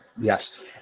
yes